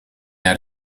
naar